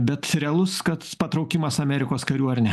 bet realus kad patraukimas amerikos karių ar ne